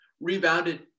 Rebounded